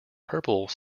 purple